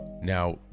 Now